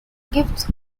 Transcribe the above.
gifts